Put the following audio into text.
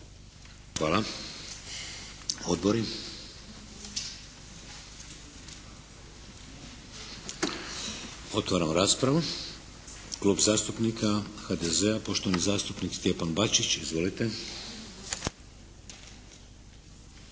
Hvala. Odbori. Otvaram raspravu. Klub zastupnika HDZ-a poštovani zastupnik Stjepan Bačić. Izvolite.